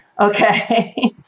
Okay